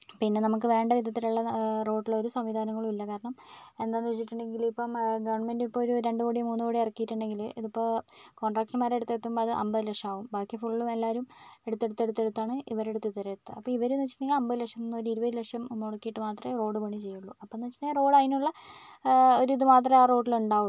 പിന്നെ നമുക്ക് വേണ്ടവിധത്തിലുള്ള റോഡിൽ ഒരു സംവിധാനങ്ങളുമില്ല കാരണം എന്താന്ന് വെച്ചിട്ടുണ്ടെങ്കിലിപ്പോൾ ഗവൺമെൻറ്റിപ്പോൾ ഒരു രണ്ടു കോടിയോ മൂന്നു കോടിയോ ഇറക്കിയിട്ടുണ്ടെങ്കിൽ ഇതിപ്പോൾ കോൺട്രാക്ടർമാരുടെ അടുത്തെത്തുമ്പോൾ അത് അൻപത് ലക്ഷമാവും ബാക്കി ഫുള്ള് എല്ലാവരും എടുത്തെടുത്തെടുതാണ് ഇവരുടെ അടുത്ത് എത്തുക അപ്പോൾ ഇവരെന്നു വെച്ചിട്ടുണ്ടെങ്കിൽ അൻപത് ലക്ഷത്തിൽ നിന്ന് ഒരു ഇരുപത് ലക്ഷം മുടക്കിയിട്ട് മാത്രമേ റോഡ് പണി ചെയ്യുള്ളു അപ്പംന്ന് വെച്ചിട്ടുണ്ടെങ്കിൽ റോഡ് അതിനുള്ള ഒരിത് മാത്രമേ ആ റോഡിനുണ്ടാവുള്ളൂ